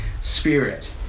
Spirit